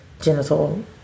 genital